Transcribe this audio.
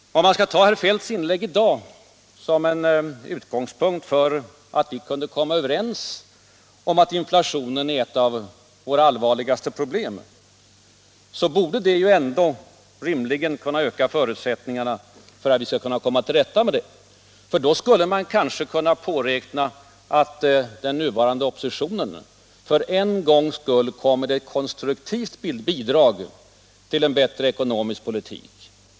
Om man skall ta herr Feldts inlägg i dag som en indikation på att vi nu är överens om att inflationen är ett av våra allvarligaste problem, då borde det rimligen öka förutsättningarna för att vi skall kunna komma till rätta med problemet. Då skulle man kanske kunna påräkna att oppositionen för en gångs skull kommer med ett konstruktivt bidrag till en bättre ekonomisk politik.